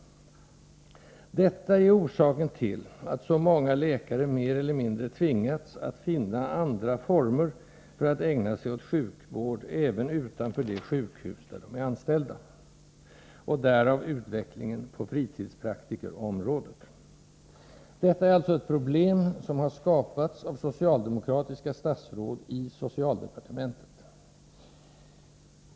Detta är orsaken till att så många läkare mer eller mindre tvingats att finna andra former för att ägna sig åt sjukvård även utanför det sjukhus där de är anställda — därav utvecklingen på fritidspraktikerområdet. Detta är alltså ett problem som har skapats av socialdemokratiska statsråd i socialdepartementet.